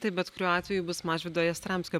tai bet kuriuo atveju bus mažvydo jastramskio